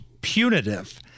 punitive